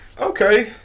okay